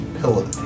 pillow